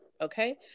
okay